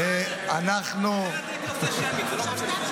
גם אחרי שהוא ירד מבקשים גיוס.